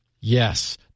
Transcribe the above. Yes